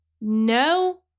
no